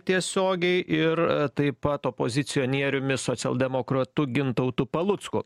tiesiogiai ir taip pat opozicionieriumi socialdemokratu gintautu palucku